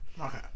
Okay